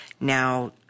now